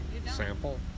sample